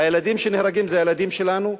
הילדים שנהרגים זה הילדים שלנו,